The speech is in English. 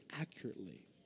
accurately